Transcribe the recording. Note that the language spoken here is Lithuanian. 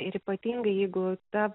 ir ypatingai jeigu ta